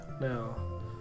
now